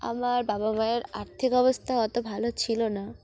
আমার বাবা মায়ের আর্থিক অবস্থা অত ভালো ছিল না